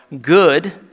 good